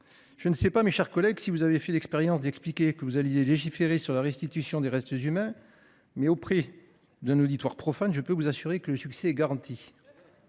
Je ne sais, mes chers collègues, si vous avez fait l'expérience d'expliquer que vous alliez légiférer sur la restitution de restes humains ... Auprès d'un auditoire profane, le succès, je peux vous l'assurer, est garanti.